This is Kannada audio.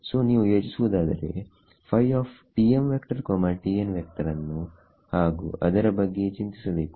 ಸೋ ನೀವು ಯೋಚಿಸುವುದಾದರೆ ಅನ್ನು ಹಾಗು ಅದರ ಬಗ್ಗೆಯೇ ಚಿಂತಿಸಬೇಕು